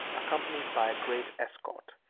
accompanied by a great escort.